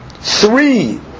Three